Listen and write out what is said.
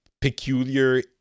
peculiar